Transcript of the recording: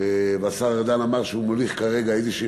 והשר ארדן אמר שהוא מוליך כרגע איזושהי